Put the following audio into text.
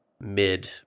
mid